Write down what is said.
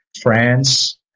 France